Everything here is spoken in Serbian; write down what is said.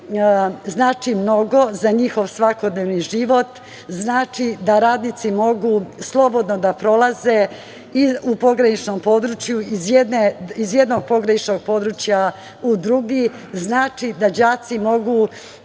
znači mnogo za njihov svakodnevni život, znači da radnici mogu slobodno da prolaze i u pograničnom području iz jednog pograničnog područja, u drugi, znači da đaci mogu